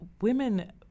women